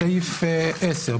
סעיף 10,